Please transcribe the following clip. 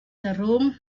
darum